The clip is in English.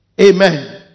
Amen